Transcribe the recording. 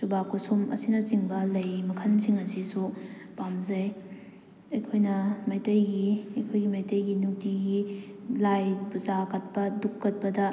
ꯖꯨꯕꯥꯀꯨꯁꯨꯝ ꯑꯁꯤꯅꯆꯤꯡꯕ ꯂꯩ ꯃꯈꯜꯁꯤꯡ ꯑꯁꯤꯁꯨ ꯄꯥꯝꯖꯩ ꯑꯩꯈꯣꯏꯅ ꯃꯩꯇꯩꯒꯤ ꯑꯩꯈꯣꯏꯒꯤ ꯃꯩꯇꯩꯒꯤ ꯅꯨꯡꯇꯤꯒꯤ ꯂꯥꯏ ꯄꯨꯖꯥ ꯀꯠꯄ ꯙꯨꯞ ꯀꯠꯄꯗ